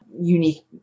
Unique